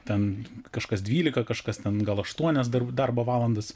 ten kažkas dvylika kažkas ten gal aštuonias dar darbo valandas